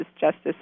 Justice